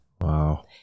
Wow